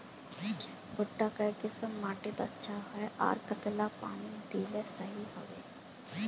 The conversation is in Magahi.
भुट्टा काई किसम माटित अच्छा, आर कतेला पानी दिले सही होवा?